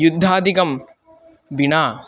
युद्धादिकं विना